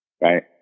right